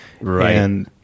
Right